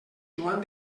joan